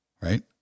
Right